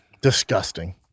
Disgusting